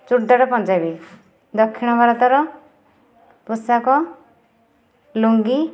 ଚୁଡ଼ିଦାର ପଞ୍ଜାବୀ ଦକ୍ଷିଣ ଭାରତର ପୋଷାକ ଲୁଙ୍ଗୀ